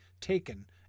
taken